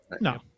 No